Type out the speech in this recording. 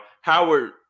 Howard